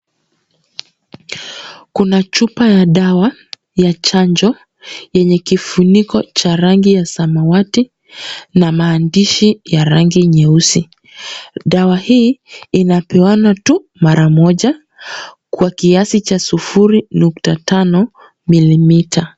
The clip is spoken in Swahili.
Kuna chupa ya dawa ya chanjo, yenye kifuniko cha rangi ya samawati, na maandishi ya rangi nyeusi. Dawa hii inapewanwa tu mara moja, kwa kiasi cha sufuri nukta tano milimita.